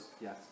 Yes